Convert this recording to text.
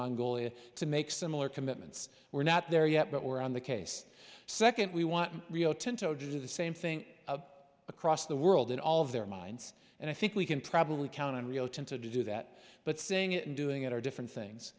mongolia to make similar commitments we're not there yet but we're on the case second we want rio tinto to do the same thing up across the world in all of their minds and i think we can probably count on rio tinto to do that but saying it and doing it are different things